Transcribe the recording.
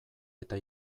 eta